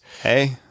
Hey